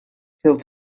pill